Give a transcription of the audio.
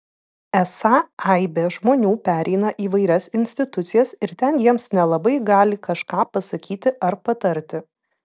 esą aibė žmonių pereina įvairias institucijas ir ten jiems nelabai gali kažką pasakyti ar patarti